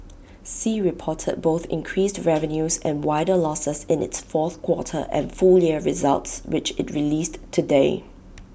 sea reported both increased revenues and wider losses in its fourth quarter and full year results which IT released today